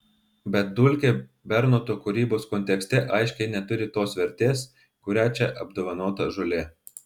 bet dulkė bernoto kūrybos kontekste aiškiai neturi tos vertės kuria čia apdovanota žolė